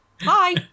hi